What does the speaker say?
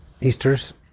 Easter's